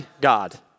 God